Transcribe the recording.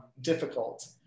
difficult